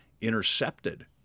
intercepted